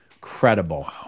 credible